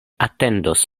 atendos